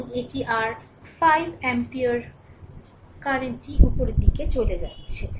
এবং এটি আর 5 এম্পিয়ার কারেন্টটি উপরের দিকে চলে যাচ্ছে